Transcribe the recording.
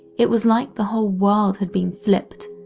it was like the whole world had been flipped,